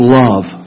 love